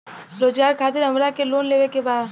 रोजगार खातीर हमरा के लोन लेवे के बा?